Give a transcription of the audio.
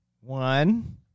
One